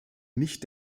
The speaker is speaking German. nicht